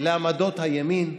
לעמדות הימין.